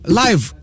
live